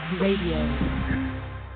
Radio